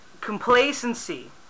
complacency